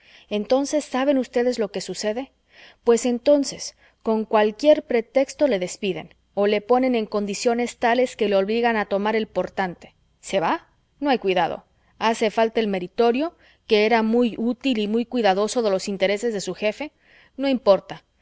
entonces saben ustedes lo que sucede pues entonces con cualquier pretexto le despiden o le ponen en condiciones tales que le obligan a tomar el portante se va no hay cuidado hace falta el meritorio que era muy útil y muy cuidadoso de los intereses de su jefe no importa